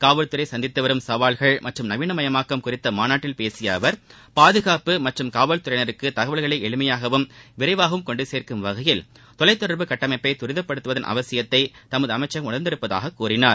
காவல்துறை சந்தித்து வரும் சவால்கள் மற்றும் நவீனமயமாக்கம் குறித்த மாநாட்டில் பேசிய அவர் பாதுகாப்பு மற்றும் காவல்துறையினருக்கு தகவல்களை எளிமையாகவும் சேர்க்கும் வகையில் தொலைத்தொடர்பு கட்டமைப்பை விரைவாகவும் கொண்டு துரிதப்படுத்துவதன் அவசியத்தை தமது அமைச்சகம் உணர்ந்துள்ளதாக கூறினார்